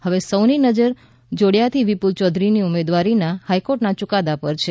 હવે સૌની નજર જોડીયાથી વિપુલ ચૌધરીની ઉમેદવારીના હાઇકોર્ટના યુકાદા પર છે